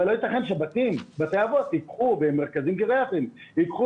לא יתכן שבתי אבות ומרכזים גריאטריים ייקחו